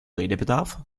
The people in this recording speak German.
redebedarf